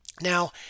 Now